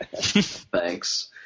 Thanks